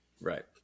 Right